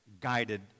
guided